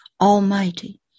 Almighty